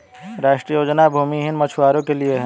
राष्ट्रीय योजना भूमिहीन मछुवारो के लिए है